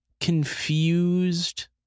confused